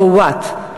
so what?